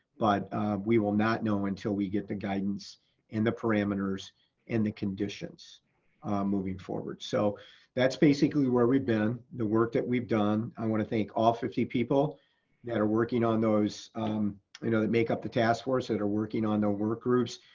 but we will not know until we get the guidance and the parameters and the conditions moving forward. so that's basically where we've been, the work that we've done. i wanna thank all fifty people that are working on those you know that make up the task force that are working on the work groups.